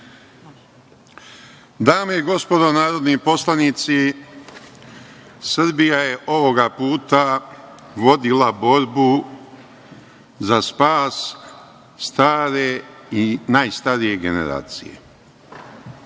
Dame i gospodo narodni poslanici, Srbija je ovoga puta vodila borbu za spas stare i najstarije generacije